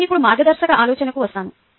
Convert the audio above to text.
నేను ఇప్పుడు మార్గదర్శక ఆలోచనలకు వస్తాను